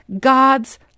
God's